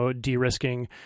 de-risking